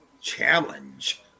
challenge